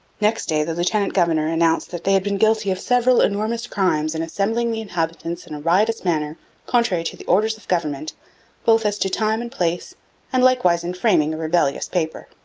next day the lieutenant-governor announced that they had been guilty of several enormous crimes in assembling the inhabitants in a riotous manner contrary to the orders of government both as to time and place and likewise in framing a rebellious paper